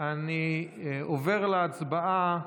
אני עובר להצבעה.